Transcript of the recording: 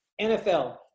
NFL